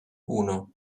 uno